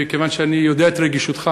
כיוון שאני יודע את רגישותך